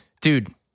dude